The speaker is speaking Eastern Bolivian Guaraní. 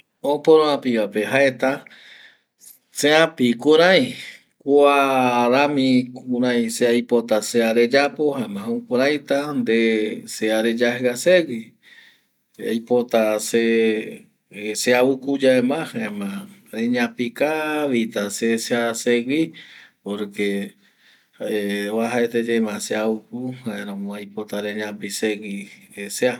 Oporoapï va pe jaeta seapi kurai kua rami, kurai se aipota sea reyapo jaema jukuraita nde sea reyajia se, aipota se seabuku yaema jaema reñapi kavita se sea segui porque eh vuajaete ye ma seavuku jaeramo aipota reñapi segui sea